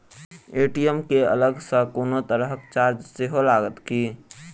ATM केँ अलग सँ कोनो तरहक चार्ज सेहो लागत की?